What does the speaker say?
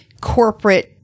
corporate